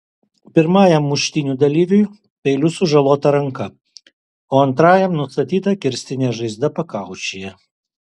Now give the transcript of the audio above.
pirmajam muštynių dalyviui peiliu sužalota ranka o antrajam nustatyta kirstinė žaizda pakaušyje